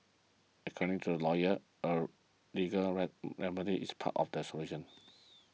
according to the lawyers a legal red remedy is part of the solution